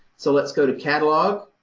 so let's go to catalog.